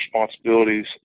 responsibilities